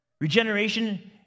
Regeneration